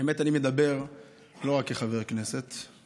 האמת היא שאני מדבר לא רק כחבר כנסת אלא